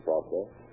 process